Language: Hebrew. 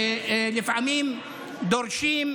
לפעמים דורשים,